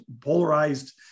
polarized